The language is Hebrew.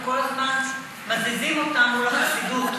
הם כל הזמן מזיזים אותם מול החסידות,